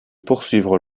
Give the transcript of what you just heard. poursuivre